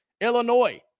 Illinois